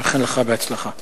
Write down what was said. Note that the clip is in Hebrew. אני מאחל לך בהצלחה.